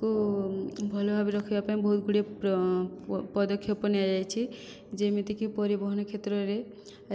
କୁ ଭଲ ଭାବରେ ରଖିବା ପାଇଁ ବହୁତଗୁଡ଼ିଏ ପଦକ୍ଷେପ ନିଆଯାଇଛି ଯେମିତିକି ପରିବହନ କ୍ଷେତ୍ରରେ